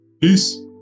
peace